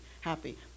happy